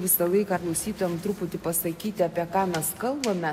visą laiką klausytojam truputį pasakyti apie ką mes kalbame